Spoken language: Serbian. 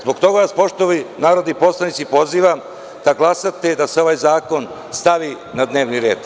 Zbog toga vas narodni poslanici pozivam da glasate da se ovaj zakon stavi na dnevni red.